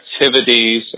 activities